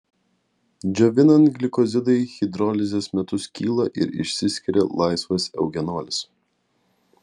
džiovinant glikozidai hidrolizės metu skyla ir išsiskiria laisvas eugenolis